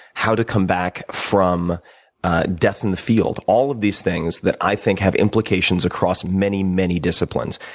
how to come back from death in the field. all of these things that, i think have implications across many, many disciplines,